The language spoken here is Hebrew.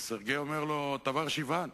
אז סרגיי אומר לו: טוואריש איוון,